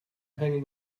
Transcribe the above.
hanging